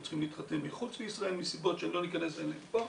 צריכים להתחתן מחוץ לישראל מסיבות שלא ניכנס אליהן פה,